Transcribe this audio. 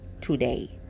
today